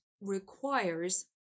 requires